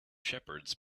shepherds